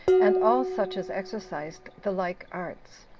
and all such as exercised the like arts,